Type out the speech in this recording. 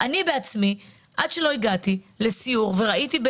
עד שלא הגעתי לסיור וראיתי,